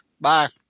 Bye